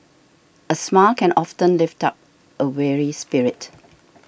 a smile can often lift up a weary spirit